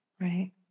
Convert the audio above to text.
Right